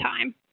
time